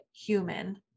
human